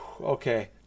Okay